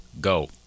go